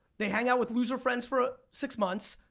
they hang out with loser friends for six months,